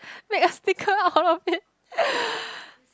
make a sticker out of it